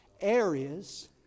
areas